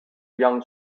young